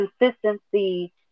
consistency –